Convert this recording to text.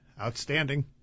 Outstanding